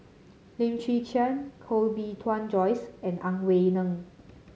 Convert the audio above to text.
Lim Chwee Chian Koh Bee Tuan Joyce and Ang Wei Neng